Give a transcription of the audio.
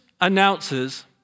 announces